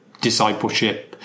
discipleship